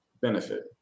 benefit